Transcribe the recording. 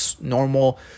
normal